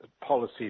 policy